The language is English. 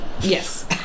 Yes